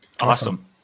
Awesome